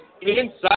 inside